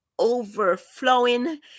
overflowing